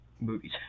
movies